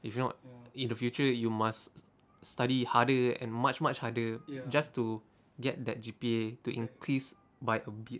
if not in the future you must study harder and much much harder just to get that G_P_A to increase by a bit